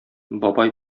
бабай